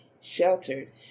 sheltered